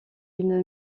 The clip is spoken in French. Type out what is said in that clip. une